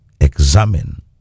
examine